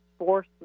force